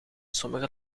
sommige